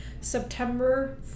September